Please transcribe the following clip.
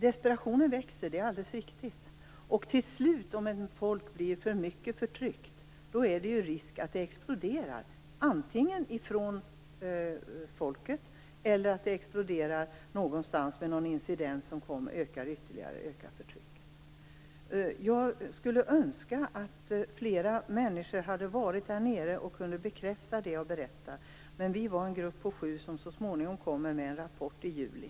Desperationen växer, det är alldeles riktigt. Till slut - om ett folk blir förtryckt för mycket - är det risk för att det exploderar, antingen genom folket eller genom någon incident som ytterligare ökar förtrycket. Jag skulle önska att fler människor hade varit där och kunde bekräfta det jag berättar. Vi var en grupp på sju. Vi kommer så småningom med en rapport i juli.